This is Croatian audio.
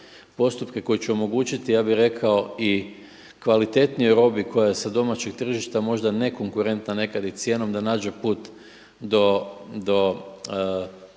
postupke koji će omogućiti ja bih rekao i kvalitetnijoj robi koja je sa domaćeg tržišta možda nekonkurentna nekada i cijenom da nađe put do